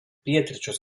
pietryčius